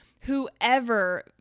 whoever